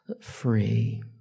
free